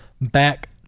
back